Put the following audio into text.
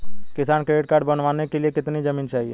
किसान credit card बनाने के लिए कितनी जमीन चाहिए?